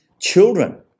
children